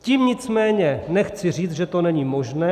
Tím nicméně nechci říci, že to není možné.